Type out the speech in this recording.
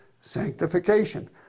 sanctification